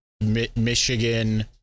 Michigan